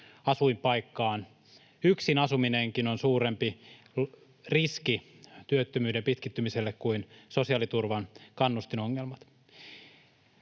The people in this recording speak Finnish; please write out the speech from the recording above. asuinpaikkaan. Yksin asuminenkin on suurempi riski työttömyyden pitkittymiselle kuin sosiaaliturvan kannustinongelmat.